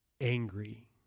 angry